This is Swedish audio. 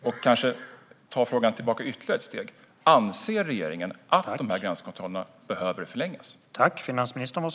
Om man tar frågan tillbaka ytterligare ett steg: Anser regeringen att dessa gränskontroller behöver förlängas?